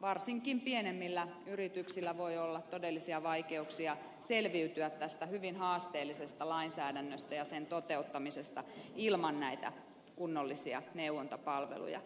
varsinkin pienemmillä yrityksillä voi olla todellisia vaikeuksia selviytyä tästä hyvin haasteellisesta lainsäädännöstä ja sen toteuttamisesta ilman näitä kunnollisia neuvontapalveluja